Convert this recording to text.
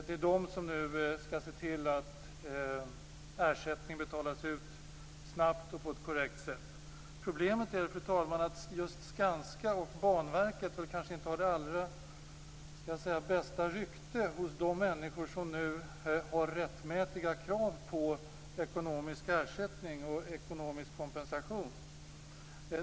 Det är de parterna som nu skall se till att ersättning betalas ut snabbt och på ett korrekt sätt. Problemet, fru talman, är att just Skanska och Banverket kanske inte har allra bästa rykte hos de människor som nu ställer rättmätiga krav på ekonomisk ersättning och ekonomisk kompensation.